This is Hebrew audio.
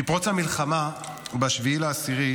מפרוץ המלחמה ב-7 באוקטובר,